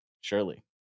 surely